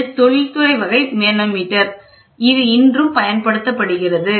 இது தொழில்துறை வகை மனோமீட்டர் இது இன்றும் பயன்படுத்தப்படுகிறது